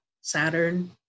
Saturn